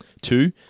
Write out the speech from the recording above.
Two